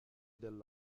del